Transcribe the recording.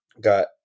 got